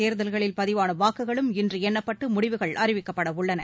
தேர்தலில் பதிவான வாக்குகளும் இன்று எண்ணப்பட்டு முடிவுகள் அறிவிக்கப்பட உள்ளன